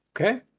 Okay